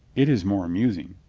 it is more amusing.